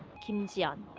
kim ji-yeon,